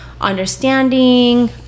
understanding